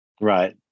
Right